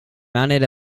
mounted